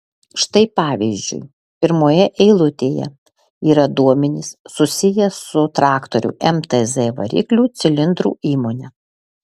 štai pavyzdžiui pirmoje eilutėje yra duomenys susiję su traktorių mtz variklių cilindrų įmone